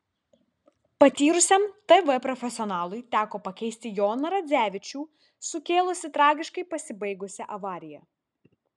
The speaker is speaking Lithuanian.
patyrusiam tv profesionalui teko pakeisti joną radzevičių sukėlusį tragiškai pasibaigusią avariją